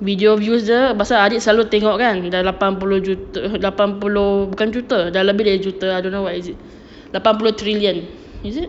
video views dia pasal adik selalu tengok kan dah lapan puluh lapan puluh bukan juta dalam juta I don't know what is it lapan puluh trillion is it